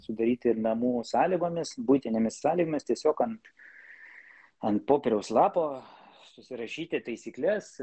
sudaryti namų sąlygomis buitinėmis sąlygomis tiesiog ant ant popieriaus lapo susirašyti taisykles